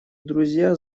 друзья